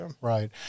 Right